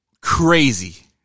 crazy